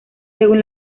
según